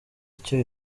icyo